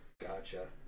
Gotcha